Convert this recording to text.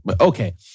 Okay